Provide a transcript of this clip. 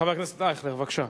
חברת הכנסת ישראל אייכלר, בבקשה.